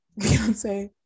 Beyonce